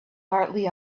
hardly